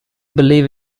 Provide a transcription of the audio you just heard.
believe